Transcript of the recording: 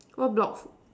what block